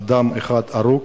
אדם אחד הרוג